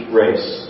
race